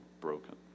broken